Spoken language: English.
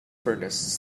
furness